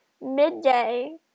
midday